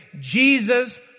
Jesus